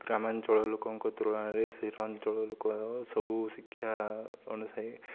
ଗ୍ରାମାଞ୍ଚଳ ଲୋକଙ୍କ ତୁଳନାରେ ସହରାଞ୍ଚଳ ଲୋକ ସବୁ ଶିକ୍ଷା ଅନୂଯାୟୀ